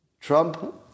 Trump